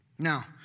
Now